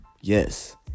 yes